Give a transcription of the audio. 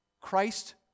Christ